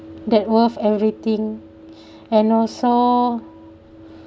that worth everything and also